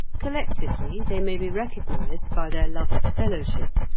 collectively they may be recognised by their love of fellowship,